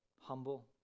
humble